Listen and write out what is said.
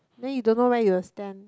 then you don't know where you will stand